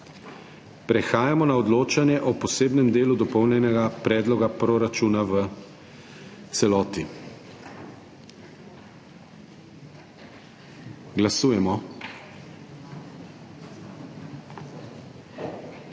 Prehajamo na odločanje o posebnem delu Dopolnjenega predloga proračuna v celoti. Glasujemo.